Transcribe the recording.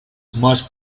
must